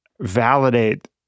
validate